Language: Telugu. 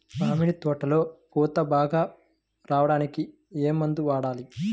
మామిడి తోటలో పూత బాగా రావడానికి ఏ మందు వాడాలి?